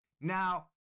Now